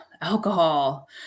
alcohol